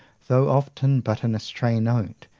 though often but in a stray note,